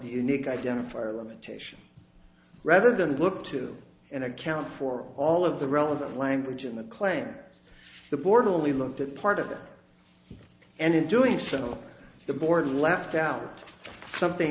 unique identifier limitation rather than look to and account for all of the relevant language in the claim the board only looked at part of it and in doing so the board left out something